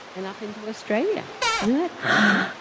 and up into australia. isn't that crazy!